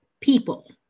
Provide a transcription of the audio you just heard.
people